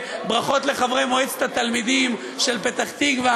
ברכות לחברי מועצת התלמידים של פתח-תקווה,